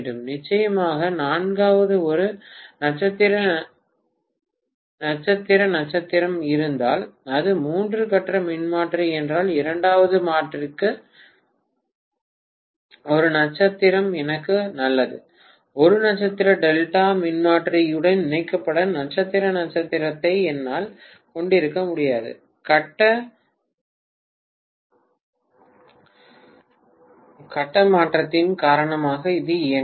நிச்சயமாக நான்காவது ஒரு நட்சத்திர நட்சத்திரம் இருந்தால் அது மூன்று கட்ட மின்மாற்றி என்றால் இரண்டாவது மின்மாற்றிக்கு ஒரு நட்சத்திர நட்சத்திரம் எனக்கு நல்லது ஒரு நட்சத்திர டெல்டா மின்மாற்றியுடன் இணைக்கப்பட்ட நட்சத்திர நட்சத்திரத்தை என்னால் கொண்டிருக்க முடியாது கட்ட மாற்றத்தின் காரணமாக இது இயங்காது